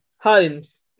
Holmes